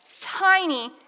tiny